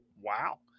Wow